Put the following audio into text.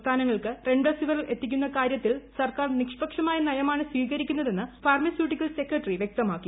സംസ്ഥാനങ്ങൾക്ക് റെംഡെസിവിർ എത്തിക്കുന്ന കാര്യ ത്തിൽ സർക്കാർ നിഷ്പക്ഷമായ നയമാണ് സ്വീകരിക്കുന്നെതെന്ന് ഫാർമസ്യൂട്ടിക്കൽസ് സെക്രട്ടറി വൃക്തമാക്കി